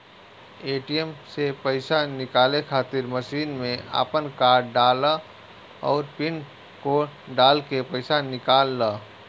ATM से पईसा निकाले खातिर मशीन में आपन कार्ड डालअ अउरी पिन कोड डालके पईसा निकाल लअ